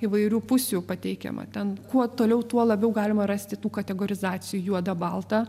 įvairių pusių pateikiama ten kuo toliau tuo labiau galima rasti tų kategorizacijų juoda balta